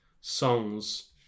songs